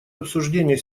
обсуждения